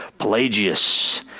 Pelagius